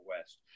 West